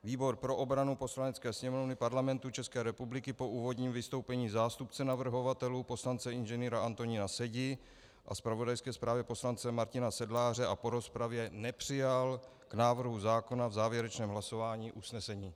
Výbor pro obranu Poslanecké sněmovny Parlamentu České republiky po úvodním vystoupení zástupce navrhovatelů, poslance inženýra Antonína Sedi a zpravodajské zprávě Martina Sedláře a po rozpravě nepřijal k návrhu zákona v závěrečném hlasování usnesení.